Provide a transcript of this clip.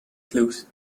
clues